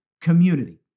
community